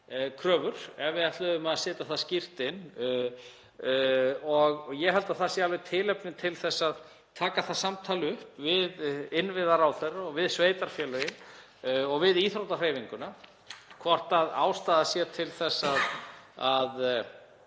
kröfur inn ef við ætluðum að setja það skýrt inn. Ég held að það sé alveg tilefni til þess að taka það samtal upp við innviðaráðherra, við sveitarfélögin og við íþróttahreyfinguna hvort ástæða sé til þess að